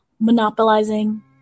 monopolizing